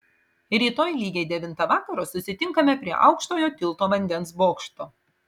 rytoj lygiai devintą vakaro susitinkame prie aukštojo tilto vandens bokšto